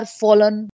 fallen